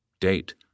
Date